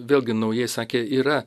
vėlgi naujai sakė yra